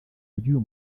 ry’uyu